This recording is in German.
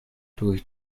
durch